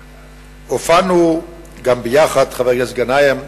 הופענו גם יחד, חבר הכנסת גנאים,